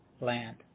land